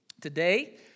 Today